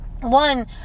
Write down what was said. one